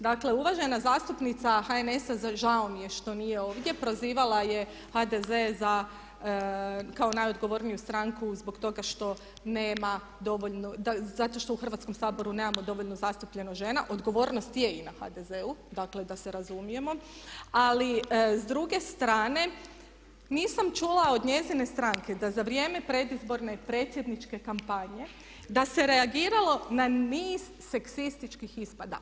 Dakle, uvažena zastupnica HNS-a, žao mi je što nije ovdje, prozivala je HDZ kao najodgovorniju stranku zbog toga što nema dovoljno, zato što u Hrvatskom saboru nemamo dovoljnu zastupljenost žena, odgovornost je i na HDZ-u da se razumijemo ali s druge strane nisam čula od njezine stranke da za vrijeme predizborne i predsjedničke kampanje da se reagiralo na niz seksističkih ispada.